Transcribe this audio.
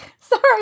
Sorry